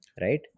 right